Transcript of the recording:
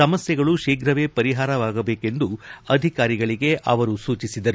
ಸಮಸ್ನೆಗಳು ಶೀಘ್ರವೇ ಪರಿಹಾರವಾಗಬೇಕೆಂದು ಅಧಿಕಾರಿಗಳಿಗೆ ಸೂಚಿಸಿದರು